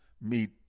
meet